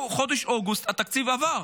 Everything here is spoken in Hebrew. בחודש אוגוסט התקציב עבר.